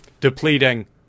depleting